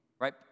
right